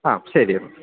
ആഹ്ഹ ശരി എന്നാല്